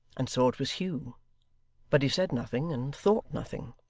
and saw it was hugh but he said nothing, and thought nothing.